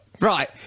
Right